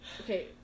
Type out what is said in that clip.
okay